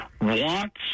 wants